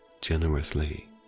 generously